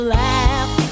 laugh